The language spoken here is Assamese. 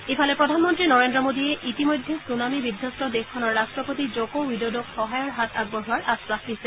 ইফালে প্ৰধানমন্ত্ৰী নৰেন্দ্ৰ মোডীয়ে ইতিমধ্যে ছুনামি বিধবস্ত দেশখনৰ ৰাট্টপতি জক উইডডক সহায়ৰ হাত আগবঢ়োৱাৰ আশ্বাস দিছে